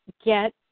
get